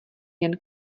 jen